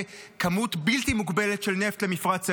כמות בלתי מוגבלת של נפט למפרץ אילת,